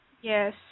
Yes